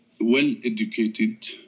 well-educated